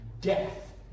death